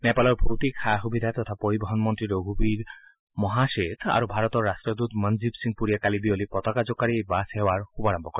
নেপালৰ ভৌতিক সা সুবিধা তথা পৰিবহন মন্ত্ৰী ৰঘুবীৰ মহাশেঠ আৰু ভাৰতৰ ৰাট্টদত মঞ্জিভ সিং পুৰীয়ে কালি বিয়লি পতাকা জোকাৰি এই বাছ সেৱাৰ শুভাৰম্ভ কৰে